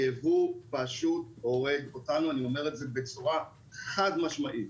הייבוא פשוט הורג אותנו ואני אומר את זה בצורה חד משמעית.